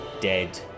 dead